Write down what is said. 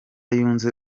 yunze